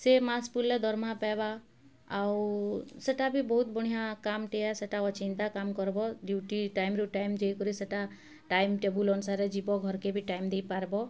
ସେ ମାସ୍ ପୁର୍ଲେ ଦରମା ପାଏବା ଆଉ ସେଟା ବି ବହୁତ୍ ବଢ଼ିଆଁ କାମ୍ଟେ ଏ ସେଟା ଅଚିନ୍ତା କାମ୍ କର୍ବ ଡିଉଟି ଟାଇମ୍ରୁ ଟାଇମ୍ ଯାଇକରି ସେଟା ଟାଇମ୍ ଟେବୁଲ୍ ଅନୁସାରେ ଯିବ ଘରକେ ବି ଟାଇମ୍ ଦେଇପାର୍ବ